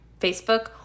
Facebook